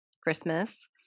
Christmas